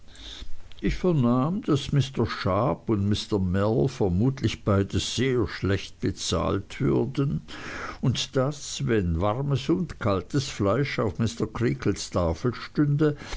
ich vernahm daß mr sharp und mr mell vermutlich beide sehr schlecht bezahlt würden und daß wenn warmes und kaltes fleisch auf mr creakles tafel stünde